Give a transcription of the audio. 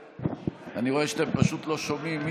אני רואה שאתם פשוט לא שומעים.